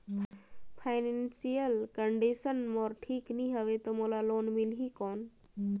Financial condition मोर ठीक नी हवे तो मोला लोन मिल ही कौन??